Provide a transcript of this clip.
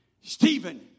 Stephen